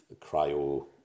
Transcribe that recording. cryo